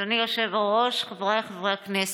אדוני היושב-ראש, חבריי חברי הכנסת,